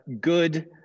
good